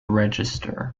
register